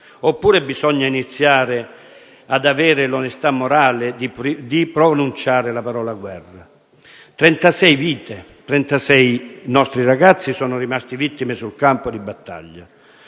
Oppure bisogna iniziare ad avere l'onestà morale di pronunciare la parola guerra? Trentasei vite, trentasei nostri ragazzi sono rimasti vittime sul campo di battaglia.